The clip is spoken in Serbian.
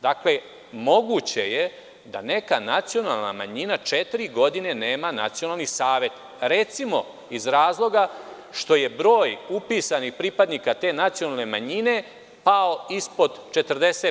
Dakle, moguće je da neka nacionalna manjina četiri godine nema nacionalni savet, recimo, iz razloga što je broj upisanih pripadnika te nacionalne manjine pao ispod 40%